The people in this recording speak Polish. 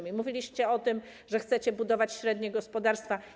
Mówiliście o tym, że chcecie budować średnie gospodarstwa.